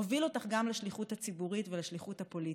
הוביל אותך גם לשליחות הציבורית ולשליחות הפוליטית,